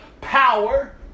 power